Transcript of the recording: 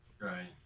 right